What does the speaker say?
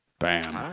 Bam